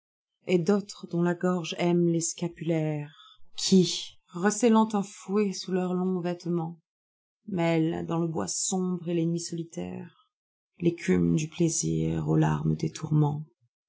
et d'autres dont la gcrgo aime les scapiilaîresqui recelant un fouet sous leurs longs vêtements mêlent dans le bois sombre et les nuits solitaires l écume du plaisir aux larmes des tourments